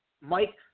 Mike